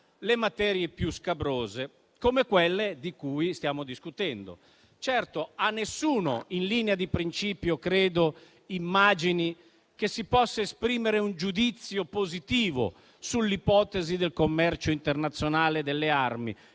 le materie più scabrose, come quelle di cui stiamo discutendo. Certo, credo che nessuno in linea di principio immagini che si possa esprimere un giudizio positivo sull'ipotesi del commercio internazionale delle armi,